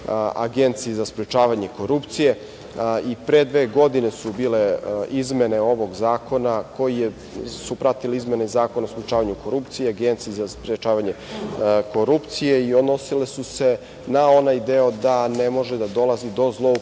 Agenciji za sprečavanje korupcije. Pre dve godine su bile izmene ovog zakona, koje su pratile izmene Zakona o sprečavanju korupcije, Agencije za sprečavanje korupcije i odnosile su se na onaj deo da ne može da dolazi do zloupotrebe